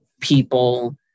people